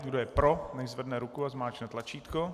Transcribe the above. Kdo je pro, nechť zvedne ruku a zmáčkne tlačítko.